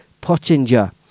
pottinger